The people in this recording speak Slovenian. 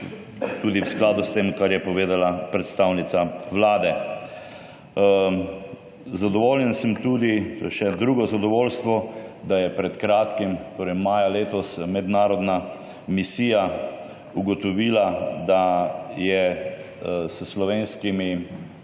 tudi v skladu s tem, kar je povedala predstavnica vlade. Zadovoljen sem tudi, to je še drugo zadovoljstvo, da je pred kratkim, to je maja letos, mednarodna misija ugotovila, da je s slovenskim